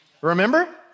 Remember